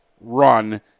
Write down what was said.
run